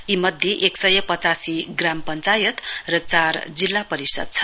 यी मध्ये एक सय पचासी ग्राम पश्वायत र चार जिल्ला परिषद् छन्